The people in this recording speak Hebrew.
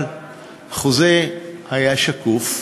אבל החוזה היה שקוף.